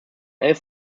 elf